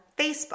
Facebook